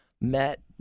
met